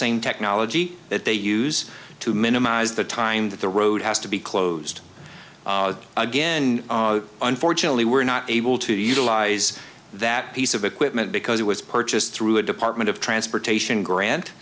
same technology that they use to minimize the time that the road has to be closed again unfortunately we're not able to utilize that piece of equipment because it was purchased through a department of transportation grant